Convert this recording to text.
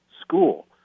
school